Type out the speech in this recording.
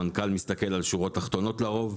מנכ"ל מסתכל על שורות תחתונות לרוב,